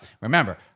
remember